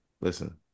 listen